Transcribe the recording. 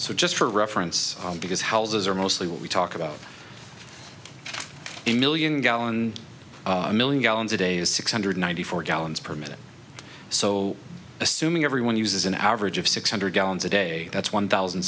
so just for reference because houses are mostly what we talk about a million gallon a million gallons a day is six hundred ninety four gallons per minute so assuming everyone uses an average of six hundred gallons a day that's one thousand